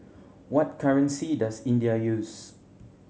what currency does India use